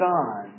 on